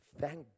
Thank